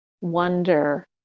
wonder